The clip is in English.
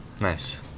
nice